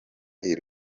iri